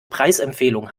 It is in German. preisempfehlung